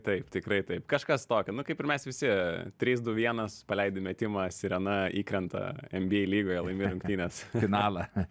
taip tikrai taip kažkas tokio nu kaip ir mes visi trys du vienas paleidi metimą sirena įkrenta nba lygoje laimi rungtynes finalą